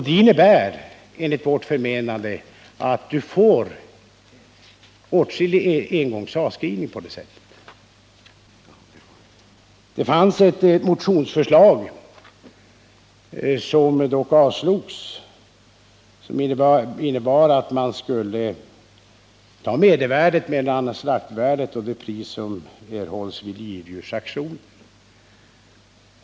Det innebär enligt vårt förmenande att man får en stor engångsavskrivning. Det fanns ett motionsförslag, som dock avstyrktes, som innebar att man skulle ta medelvärdet mellan slaktvärdet och det pris som erhålls vid livdjursauktioner.